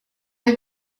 have